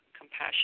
compassion